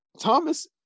Thomas